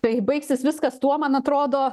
tai baigsis viskas tuo man atrodo